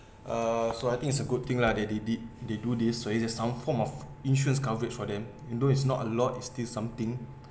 uh so I think it's a good thing lah they they did they do this for you just now form of insurance coverage for them although it's not a lot it's still something